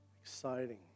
Exciting